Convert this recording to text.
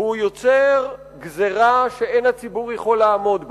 והוא יוצר גזירה שאין הציבור יכול לעמוד בה.